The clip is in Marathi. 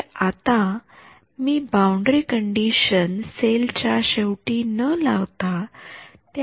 तर आता मी हि बाउंडरी कंडिशन सेल च्या शेवटी न लावता त्याच्या मध्य भागी लागू करतो